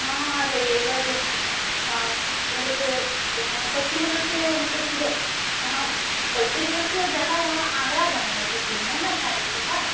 हाँ आ जाइएगा घर हाँ मेरेको हाँ शक्ति नगर से मतलब ठीक है हाँ शक्ति नगर से जाना है वहाँ आगरा जाना है मेरेको घूमने ना फ़ैमली के साथ